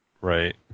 Right